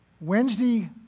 Wednesday